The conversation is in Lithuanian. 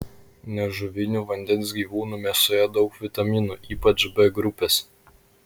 nežuvinių vandens gyvūnų mėsoje daug vitaminų ypač b grupės